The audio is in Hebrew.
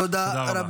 תודה רבה.